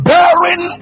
Bearing